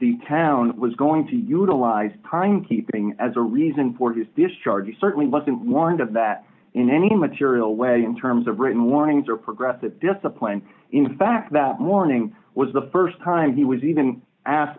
the town was going to utilize timekeeping as a reason for his discharge it certainly wasn't one of that in any material way in terms of written warnings or progressive discipline in fact that morning was the st time he was even ask